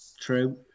True